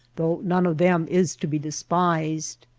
though none of them is to be despised.